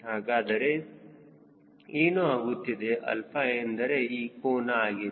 ಹಾಗಾದರೆ ಏನು ಆಗುತ್ತಿದೆ 𝛼 ಏನೆಂದರೆ ಒಂದು ಕೋನ ಆಗಿದೆ